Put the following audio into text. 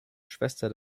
schwester